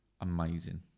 amazing